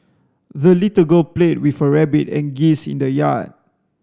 the little girl played with her rabbit and geese in the yard